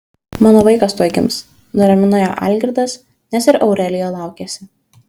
mano vaikas tuoj gims nuramino ją algirdas nes ir aurelija laukėsi